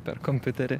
per kompiuterį